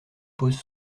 pose